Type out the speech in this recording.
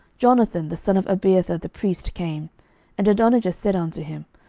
jonathan the son of abiathar the priest came and adonijah said unto him,